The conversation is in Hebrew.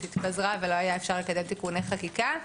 התפזרה ולא היה אפשר לקדם תיקוני חקיקה.